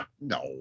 No